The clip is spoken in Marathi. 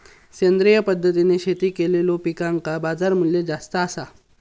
सेंद्रिय पद्धतीने शेती केलेलो पिकांका बाजारमूल्य जास्त आसा